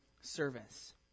service